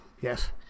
Yes